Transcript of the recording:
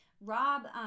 Rob –